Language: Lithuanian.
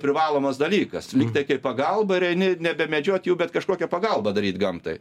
privalomas dalykas lyg tai kai pagalba ir eini nebemedžiot jau bet kažkokią pagalbą daryt gamtai